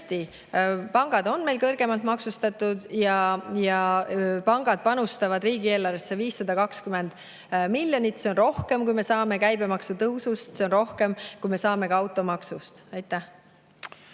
pangad on meil kõrgemalt maksustatud ja pangad panustavad riigieelarvesse 520 miljonit eurot. See on rohkem, kui me saame käibemaksu tõusust, see on rohkem, kui me saame ka automaksust. Aitäh!